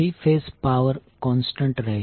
three phase power constant રહેશે